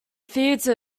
theater